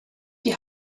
die